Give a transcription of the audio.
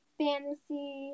fantasy